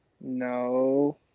no